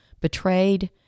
betrayed